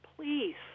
please